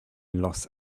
los